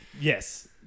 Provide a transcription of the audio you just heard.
Yes